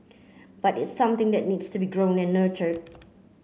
but it's something that need to be grown and nurtured